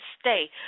stay